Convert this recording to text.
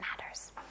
matters